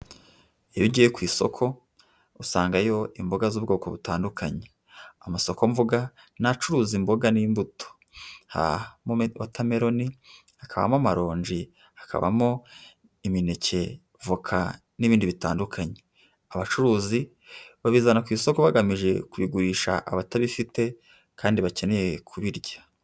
Iyo ugiye ku isoko usangayo imboga z'ubwoko butandukanye. Amasoko mvugaga ni acuruza imboga n'imbuto habamo wotameloni, hakabamo amaronji, hakabamo imineke, voka n'ibindi bitandukanye. Abacuruzi babizana ku isoko bagamije kubigurisha abatabifite kandi bakeneye kubirya.